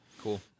Cool